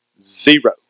zero